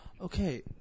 Okay